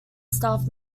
staff